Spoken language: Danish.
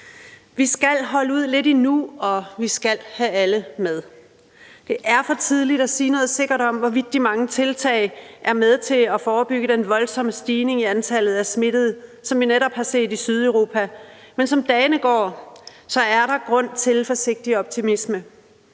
Vi skal holde ud lidt endnu, og vi skal have alle med. Det er for tidligt at sige noget sikkert om, hvorvidt de mange tiltag er med til at forebygge den voldsomme stigning i antallet af smittede, som vi netop har set i Sydeuropa. Men som dagene går er der grund til forsigtig optimisme.